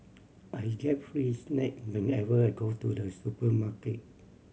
I get free snack whenever I go to the supermarket